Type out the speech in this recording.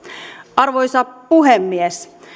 arvoisa puhemies